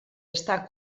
està